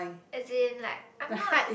as in like I am not